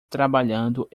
trabalhando